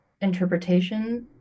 interpretation